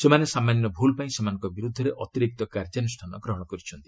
ସେମାନେ ସାମାନ୍ୟ ଭୁଲ୍ ପାଇଁ ସେମାନଙ୍କ ବିରୁଦ୍ଧରେ ଅତିରିକ୍ତ କାର୍ଯ୍ୟାନୁଷ୍ଠାନ ଗ୍ରହଣ କରିଛନ୍ତି